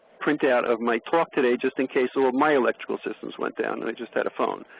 printout of my talk today just in case all ah my electrical systems went down and i just had a phone.